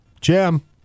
Jim